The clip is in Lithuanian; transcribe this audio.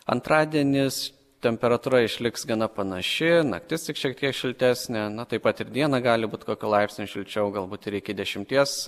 antradienis temperatūra išliks gana panaši naktis tik šiek tiek šiltesnė na taip pat ir dieną gali būt kokiu laipsniu šilčiau galbūt ir iki dešimties